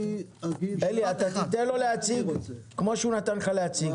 אלי, תיתן לו להציג כמו שהוא נתן לך להציג.